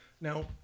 Now